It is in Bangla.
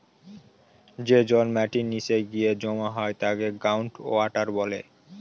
যে জল মাটির নীচে গিয়ে জমা হয় তাকে গ্রাউন্ড ওয়াটার বলে